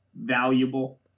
valuable